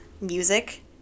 music